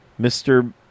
Mr